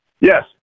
Yes